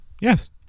Yes